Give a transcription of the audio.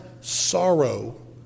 sorrow